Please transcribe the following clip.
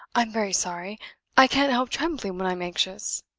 i'm very sorry i can't help trembling when i'm anxious,